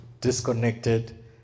disconnected